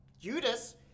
Judas